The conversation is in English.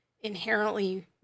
inherently